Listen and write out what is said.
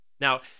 Now